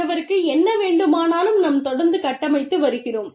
மற்றவருக்கு என்ன வேண்டுமானாலும் நாம் தொடர்ந்து கட்டமைத்து வருகிறோம்